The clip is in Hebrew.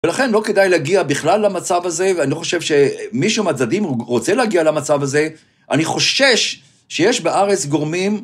ולכן לא כדאי להגיע בכלל למצב הזה, ואני לא חושב שמישהו מהצדדים רוצה להגיע למצב הזה, אני חושש שיש בארץ גורמים...